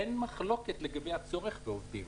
אין מחלוקת לגבי הצורך בעובדים,